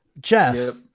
Jeff